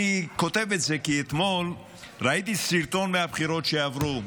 אני כותב את זה כי אתמול ראיתי סרטון מהבחירות שעברו,